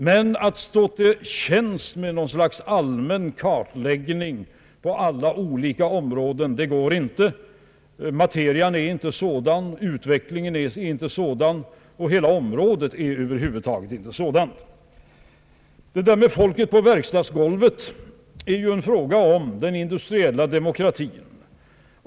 Men det går inte att stå till tjänst med ett slags allmän kartläggning på alla olika områden. Materien är inte sådan, utvecklingen är inte sådan — hela området är över huvud taget inte sådant. Det där med folket på verkstadsgolvet är ju en fråga om den industriella demokratin.